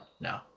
No